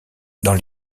dans